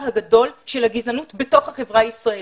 הגדול של הגזענות בתוך החברה הישראלית.